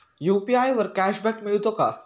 UPI वर cashback मिळतो का?